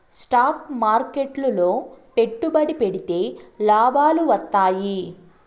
stock మార్కెట్లు లో పెట్టుబడి పెడితే లాభాలు వత్తాయి